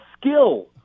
skill